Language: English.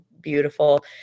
beautiful